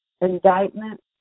indictment